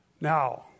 Now